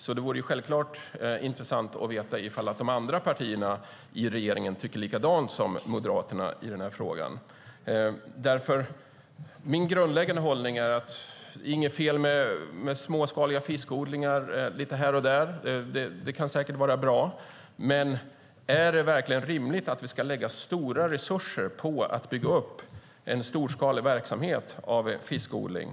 Därför vore det självklart intressant att veta om de andra partierna i regeringen tycker likadant som Moderaterna i den här frågan. Min grundläggande hållning är att det inte är något fel med småskaliga fiskodlingar här och där. Det kan säkert vara bra. Men är det verkligen rimligt att lägga stora resurser på att bygga upp en storskalig verksamhet av fiskodling?